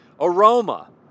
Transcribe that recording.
aroma